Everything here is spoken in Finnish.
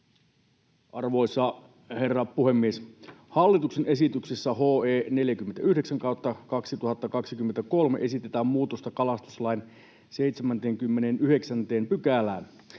Arvoisa herra puhemies! Hallituksen esityksessä HE 49/2023 esitetään muutosta kalastuslain 79 §:ään.